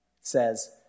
says